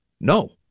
no